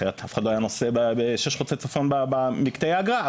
אחרת אף אחד לא היה נוסע ב- 6 חוצה צפון במקטעי האגרה,